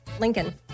Lincoln